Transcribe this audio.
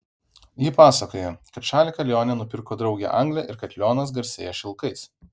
ji pasakoja kad šaliką lione nupirko draugė anglė ir kad lionas garsėja šilkais